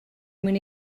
mwyn